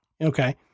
Okay